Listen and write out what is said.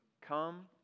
Come